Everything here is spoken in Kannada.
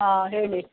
ಹಾಂ ಹೇಳಿ